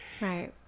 Right